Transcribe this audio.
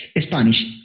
Spanish